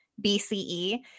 BCE